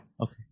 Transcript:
okay